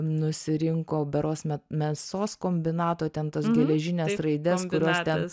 nusirinko berods me mėsos kombinato ten tas geležines raides kurios ten